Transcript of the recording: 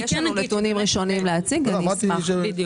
יש לנו נתונים ראשוניים להתחיל ואני אשמח להציג אותם.